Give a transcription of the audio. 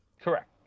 Correct